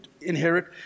inherit